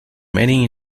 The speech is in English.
many